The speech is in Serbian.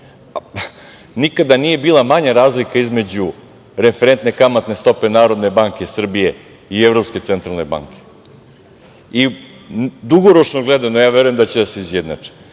nije bila manja razlika između referentne kamatne stope Narodne banke Srbije i Evropske centralne banke. Dugoročno gledano, ja verujem da će da se izjednači.